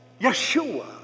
Yeshua